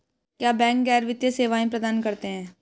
क्या बैंक गैर वित्तीय सेवाएं प्रदान करते हैं?